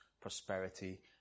prosperity